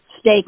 Stay